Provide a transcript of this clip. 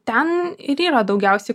ten ir yra daugiausiai